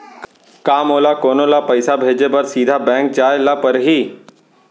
का मोला कोनो ल पइसा भेजे बर सीधा बैंक जाय ला परही?